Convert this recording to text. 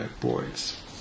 boys